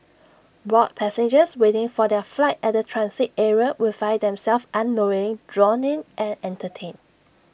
bored passengers waiting for their flight at the transit area would find themselves unknowingly drawn in and entertained